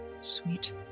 Sweet